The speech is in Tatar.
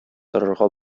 торырга